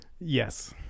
Yes